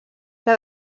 que